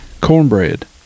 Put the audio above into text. cornbread